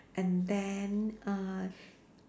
and then uh